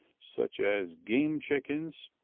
such as game chickens,